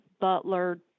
Butler